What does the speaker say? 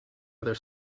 other